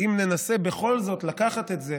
שננסה בכל זאת לקחת את זה